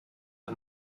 the